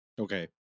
Okay